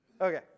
Okay